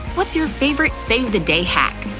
what's your favorite save-the-day hack?